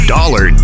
Dollar